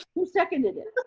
who seconded it?